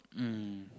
mm